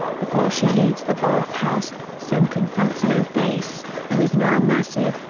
before she leaves the bathhouse, sen confronts no-face, who is now massive,